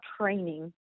training